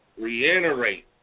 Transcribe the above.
reiterate